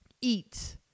eat